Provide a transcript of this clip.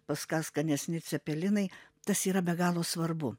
pas ką skanesni cepelinai tas yra be galo svarbu